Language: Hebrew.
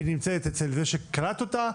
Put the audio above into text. היא נמצאת אצל זה שקלט אותה,